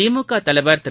திமுக தலைவர் திரு